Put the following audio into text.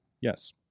Yes